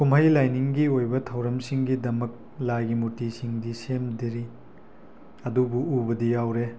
ꯀꯨꯝꯍꯩ ꯂꯥꯏꯅꯤꯡꯒꯤ ꯑꯣꯏꯕ ꯊꯧꯔꯝꯁꯤꯡꯒꯤꯗꯃꯛ ꯂꯥꯏꯒꯤ ꯃꯨꯔꯇꯤ ꯁꯤꯡꯗꯤ ꯁꯦꯝꯗ꯭ꯔꯤ ꯑꯗꯨꯕꯨ ꯎꯅꯗꯤ ꯌꯥꯎꯔꯦ